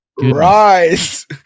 Rise